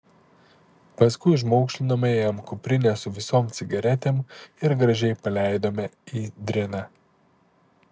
paskui užmaukšlinome jam kuprinę su visom cigaretėm ir gražiai paleidome į driną